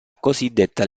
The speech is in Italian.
cosiddetta